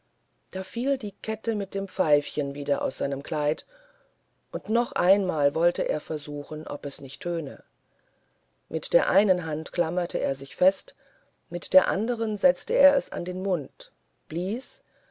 da fiel die kette mit dem pfeifchen wieder aus seinem kleid und noch einmal wollte er versuchen ob es nicht töne mit der einen hand klammerte er sich fest mit der andern setzte er es an seinen mund blies